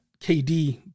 KD